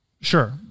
Sure